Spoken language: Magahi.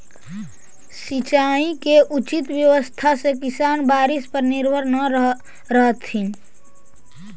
सिंचाई के उचित व्यवस्था से किसान बारिश पर निर्भर न रहतथिन